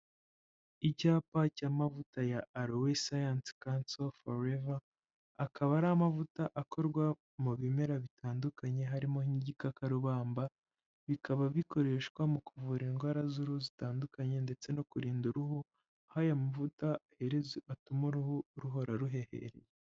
Icyapa cy'amavuta ya arowe sayansi kanso foreva, akaba ari amavuta akorwa mu bimera bitandukanye harimo nk'igikakarubamba, bikaba bikoreshwa mu kuvura indwara z'uruhu zitandukanye ndetse no kurinda uruhu aho aya amavuta iherezo atuma uruhu ruhora ruhehereye.